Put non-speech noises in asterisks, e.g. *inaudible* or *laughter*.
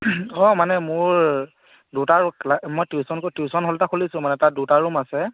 অঁ মানে মোৰ দুটা *unintelligible* মই টিউশ্যন হল এটা খুলিছোঁ তাত দুটা ৰূম আছে